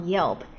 Yelp